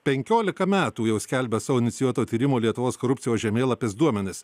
penkiolika metų jau skelbia savo inicijuoto tyrimo lietuvos korupcijos žemėlapis duomenis